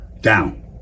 Down